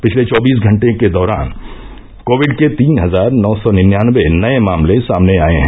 पिछले चौबीस घंटे के दौरान कोविड के तीन हजार नौ सौ निन्यानबे नये मामले सामने आये हैं